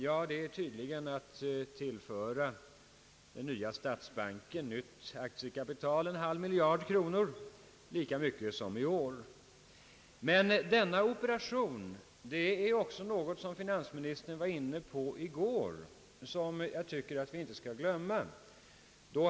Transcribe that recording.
Jo, tydligen att tillföra den nya statsbanken nytt aktiekapital på en halv miljard kronor, alltså lika mycket som i år. Men inte bara det, finansministern var nämligen inne på denna operation även i går — något som jag tycker att vi inte skall glömma.